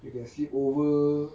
you can sleep over